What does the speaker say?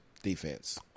Defense